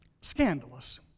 scandalous